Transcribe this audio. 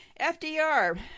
FDR